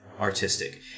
artistic